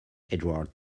edward